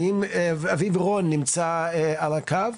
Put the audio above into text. האם אביב רון נמצא על הקו?